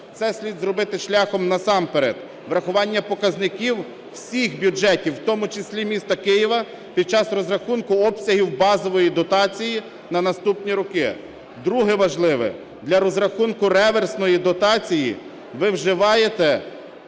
Це слід зробити шляхом насамперед врахування показників всіх бюджетів, в тому числі і міста Києва, під час розрахунку обсягів базової дотації на наступні роки. Друге, важливе. Для розрахунку реверсної дотації ви вживаєте